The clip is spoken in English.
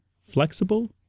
flexible